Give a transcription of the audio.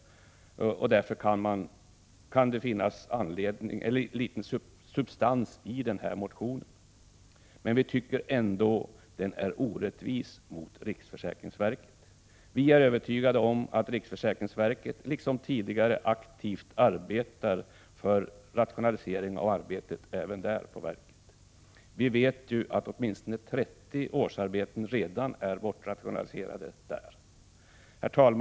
Därför kan det finnas litet substans i motionen, men vi tycker ändå att den är orättvis mot riksförsäkringsverket. Vi är övertygade om att riksförsäkringsverket liksom tidigare aktivt arbetar för rationalisering av arbetet i verket. Vi vet ju att åtminstone 30 årsarbeten redan är bortrationaliserade från verket. Herr talman!